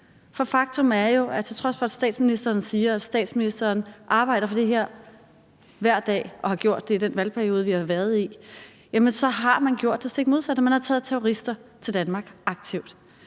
For faktum er jo, at man, til trods for at statsministeren siger, at statsministeren arbejder for det her hver dag og har gjort det i den valgperiode, vi har været i, så har gjort det stik modsatte. Man har aktivt taget terrorister til Danmark;